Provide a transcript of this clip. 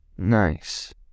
nice